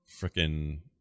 frickin